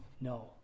No